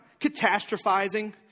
Catastrophizing